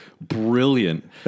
brilliant